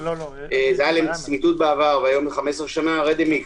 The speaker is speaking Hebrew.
זה היה לצמיתות בעבר והיום זה 15 שנה, לרדימיקס,